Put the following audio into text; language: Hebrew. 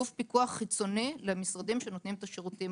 גוף פיקוח חיצוני למשרדים שנותנים את השירותים.